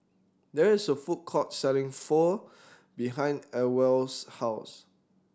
there is a food court selling Pho behind Ewell's house